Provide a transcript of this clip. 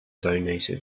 donated